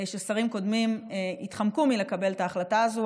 כששרים קודמים התחמקו מלקבל את ההחלטה הזו,